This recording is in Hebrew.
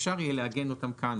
אפשר יהיה לעגן אותם כאן,